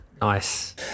Nice